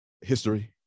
history